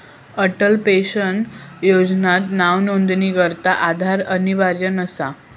Atal pension योजनात नावनोंदणीकरता आधार अनिवार्य नसा